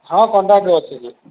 ହଁ କଣ୍ଟାକ୍ଟରେ ଅଛି କି